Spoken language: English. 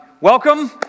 Welcome